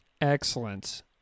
Excellent